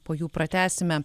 po jų pratęsime